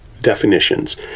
definitions